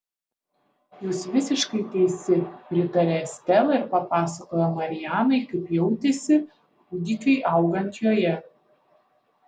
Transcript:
jūs visiškai teisi pritarė estela ir papasakojo marianai kaip jautėsi kūdikiui augant joje